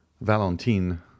Valentine